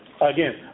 Again